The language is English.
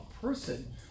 person